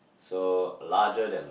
so larger than